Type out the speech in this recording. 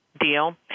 deal